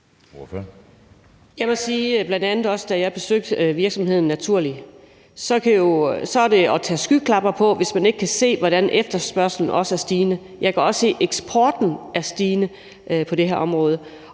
Jeg må sige, bl.a. efter jeg har besøgt virksomheden Naturli', at det er at tage skyklapper på, hvis man ikke kan se, hvordan efterspørgslen også er stigende. Jeg kan også se, at eksporten er stigende på det her område.